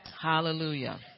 Hallelujah